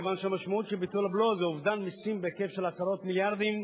כיוון שהמשמעות של ביטול הבלו היא אובדן מסים בהיקף של עשרות מיליארדים,